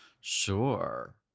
Sure